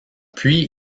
puits